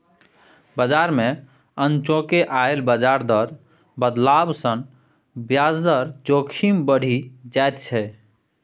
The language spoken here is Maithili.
बजार मे अनचोके आयल ब्याज दर बदलाव सँ ब्याज दर जोखिम बढ़ि जाइत छै